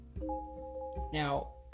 Now